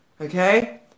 Okay